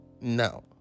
No